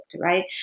right